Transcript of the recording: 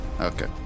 Okay